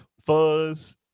fuzz